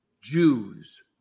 Jews